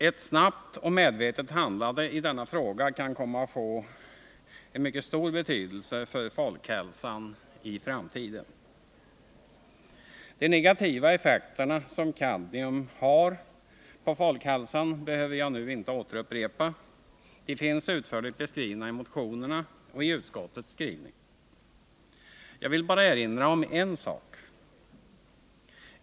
Ett snabbt och medvetet handlande i denna fråga kan komma att få mycket stor betydelse för folkhälsan i framtiden. De negativa effekter som kadmium har på folkhälsan behöver jag inte nu återupprepa. De finns utförligt beskrivna i motionerna och i utskottets skrivning. Jag vill bara erinra om en sak.